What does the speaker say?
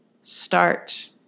start